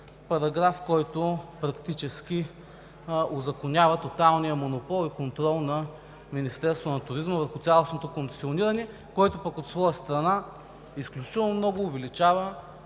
Параграф, който практически узаконява тоталния монопол и контрол на Министерството на туризма върху цялостното концесиониране, който пък от своя страна изключително много увеличава